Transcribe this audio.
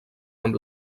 amb